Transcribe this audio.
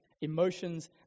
Emotions